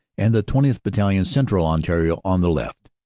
and the twentieth. battalion, central ontario, on the left.